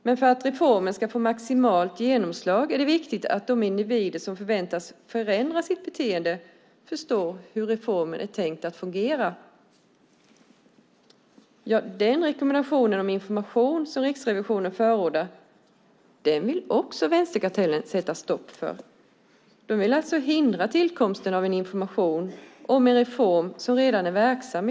Men för att reformen ska få maximalt genomslag är det viktigt att de individer som förväntas förändra sitt beteende förstår hur reformen är tänkt att fungera. Den rekommendation om information som Riksrevisionen förordar vill vänsterkartellen också sätta stoppa för. Man vill alltså hindra tillkomsten av en information om en reform som redan är verksam.